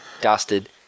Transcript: dusted